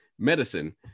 medicine